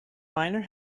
miner